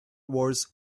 wars